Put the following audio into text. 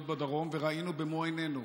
להיות בדרום, וראינו במו עינינו